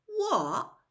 What